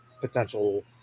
potential